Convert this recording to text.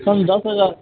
सम दस हज़ार